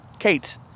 Kate